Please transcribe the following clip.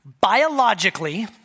Biologically